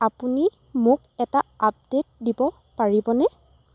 আপুনি মোক এটা আপডে'ট দিব পাৰিবনে